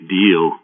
deal